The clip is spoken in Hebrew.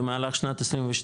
במהלך שנת 22,